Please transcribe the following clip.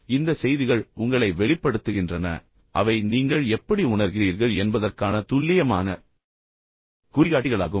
எனவே இந்த செய்திகள் உங்களை வெளிப்படுத்துகின்றன அவை நீங்கள் எப்படி உணர்கிறீர்கள் என்பதற்கான மிகவும் துல்லியமான குறிகாட்டிகளாகும்